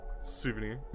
Souvenir